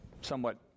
somewhat